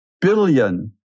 billion